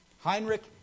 Heinrich